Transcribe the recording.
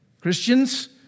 Christians